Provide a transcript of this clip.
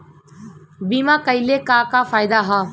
बीमा कइले का का फायदा ह?